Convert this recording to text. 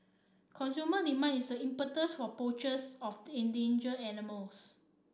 consumer demand is the impetus for poachers of the endanger animals